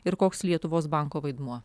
ir koks lietuvos banko vaidmuo